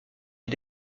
des